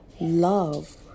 love